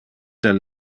del